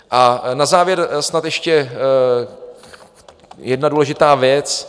A na závěr snad ještě jedna důležitá věc.